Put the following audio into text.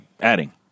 adding